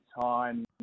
time